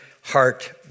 heart